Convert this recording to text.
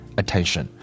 attention